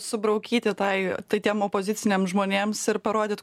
subraukyti tai tai tiem opoziciniam žmonėms ir parodyt